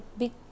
big